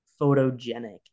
photogenic